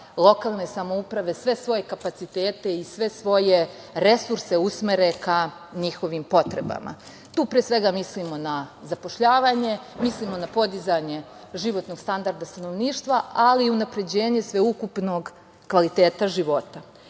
lokalne samouprave sve svoje kapacitete i sve svoje resurse usmere ka njihovim potrebama. Tu pre svega mislimo na zapošljavanje, mislimo na podizanje životnog standarda stanovništva, ali i unapređenje sveukupnog kvaliteta života. Zato